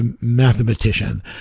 mathematician